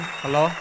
Hello